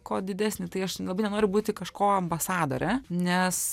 kuo didesnį tai aš labai nenoriu būti kažko ambasadore nes